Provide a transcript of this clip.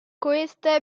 queste